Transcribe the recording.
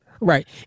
right